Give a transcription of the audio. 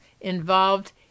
involved